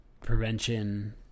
prevention